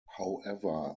however